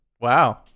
Wow